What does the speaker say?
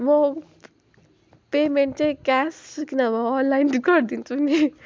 म पेमेन्ट चाहिँ क्यास कि नभए अनलाइन गरिदिन्छु नि